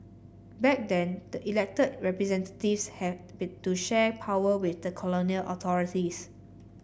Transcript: back then the elected representatives have been to share power with the colonial authorities